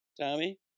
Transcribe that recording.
Tommy